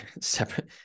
separate